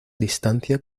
distancia